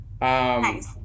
nice